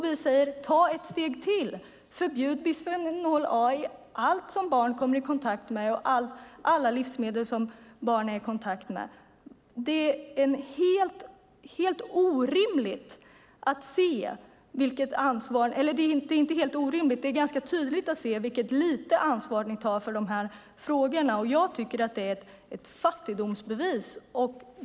Vi säger: Ta ett steg till och förbjud bisfenol A i allt som barn kommer i kontakt med och i alla livsmedel som barn äter! Det är tydligt att ni tar för lite ansvar i dessa frågor, och det är ett fattigdomsbevis.